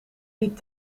niet